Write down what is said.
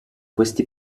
questi